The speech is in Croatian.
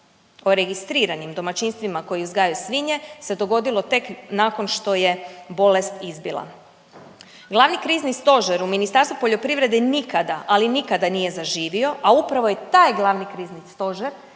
o registriranim domaćinstvima koji uzgajaju svinje se dogodilo tek nakon što je bolest izbila. Glavni krizni stožer u Ministarstvu poljoprivrede nikada, ali nikada nije zaživio a upravo je taj glavni krizni stožer